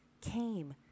came